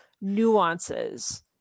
nuances